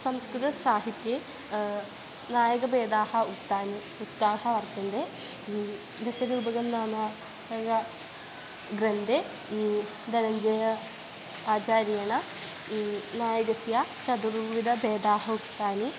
संस्कृतसाहित्ये नायकभेदाः उक्तानि उक्ताः वर्तन्ते दशरूपकं नाम ग्रन्थे धनञ्जयाचार्येण नायकस्य चदुर्विधभेदाः उक्तानि